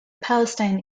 palestine